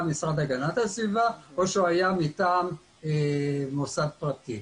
המשרד להגנת הסביבה או שהוא היה מטעם מוסד פרטי.